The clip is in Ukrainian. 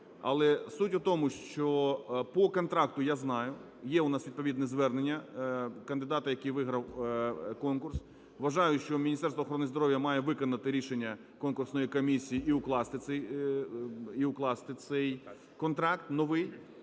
Але суть у тому, що по контракту я знаю, є у нас відповідне звернення кандидата, який виграв конкурс. Вважаю, що Міністерство охорони здоров'я має виконати рішення конкурсної комісії і укласти цей контракт, новий.